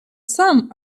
some